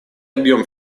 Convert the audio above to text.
объем